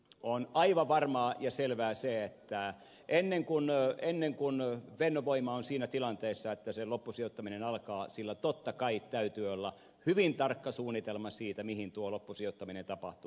on aivan varmaa ja selvää se että ennen kuin fennovoima on siinä tilanteessa että se loppusijoittaminen alkaa sillä totta kai täytyy olla hyvin tarkka suunnitelma siitä mihin tuo loppusijoittaminen tapahtuu